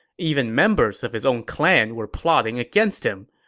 even members of his own clan were plotting against him.